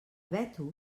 veto